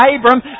Abram